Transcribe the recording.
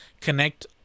connect